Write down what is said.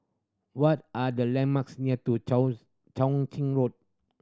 what are the landmarks near to Chao Ching Road